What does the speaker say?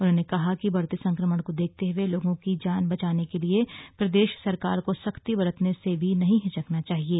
उन्होंने कहा कि बढ़ते संक्रमण को देखते हुए लोगों की जान बचाने के लिये प्रदेश सरकार को सख्ती बरतने से भी नहीं हिचकना चाहिये